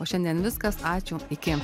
o šiandien viskas ačiū iki